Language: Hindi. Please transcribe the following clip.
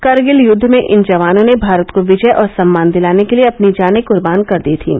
करगिल युद्ध में इन जवानों ने भारत को विजय और सम्मान दिलाने के लिए अपनी जानें कुर्बान कर दी थीं